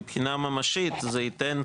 מבחינה ממשית זה ייתן,